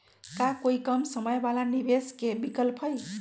का कोई कम समय वाला निवेस के विकल्प हई?